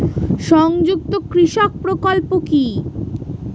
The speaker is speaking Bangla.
সংযুক্ত কৃষক প্রকল্প কি?